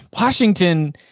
Washington